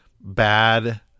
bad